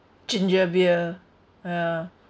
ginger beer ya